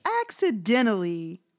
accidentally